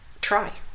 try